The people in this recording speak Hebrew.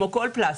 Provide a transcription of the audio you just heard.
כמו כל פלסטיק,